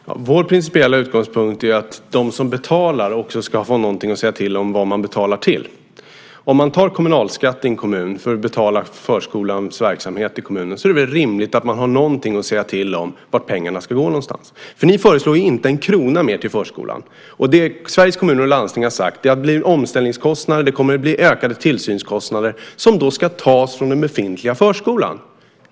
Fru talman! Vår principiella utgångspunkt är att de som betalar också ska ha något att säga till om beträffande vad man betalar till. Om man tar kommunalskatt i en kommun för att betala förskolans verksamhet i kommunen så är det väl rimligt att man har någonting att säga till om när det gäller vart pengarna ska gå någonstans? Ni föreslår ju inte en krona mer till förskolan. Sveriges Kommuner och Landsting har sagt att det blir omställningskostnader. Det kommer att bli ökade tillsynskostnader - som då ska tas från den befintliga förskolan.